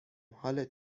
حالت